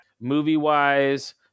Movie-wise